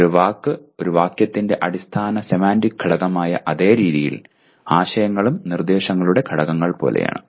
ഒരു വാക്ക് ഒരു വാക്യത്തിന്റെ അടിസ്ഥാന സെമാന്റിക് ഘടകമായ അതേ രീതിയിൽ ആശയങ്ങളും നിർദ്ദേശങ്ങളുടെ ഘടകങ്ങൾ പോലെയാണ്